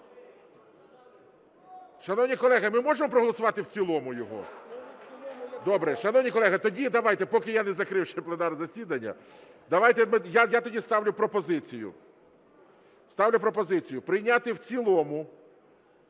Шановні колеги, ми можемо проголосувати в цілому його? Добре. Шановні колеги, тоді давайте, поки я не закрив ще пленарне засідання, давайте я тоді ставлю пропозицію. Ставлю пропозицію прийняти в цілому,